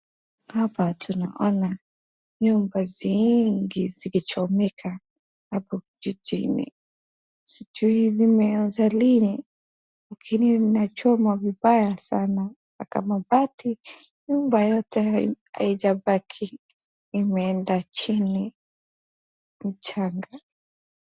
Hapa tunaona nyumba nyingi zikichomeka hapo kijijini. Sijui limeanza lini, lakini inachomwa vibaya sana. Hata mabati, nyumba yote haijabaki. Imeenda chini mchanga.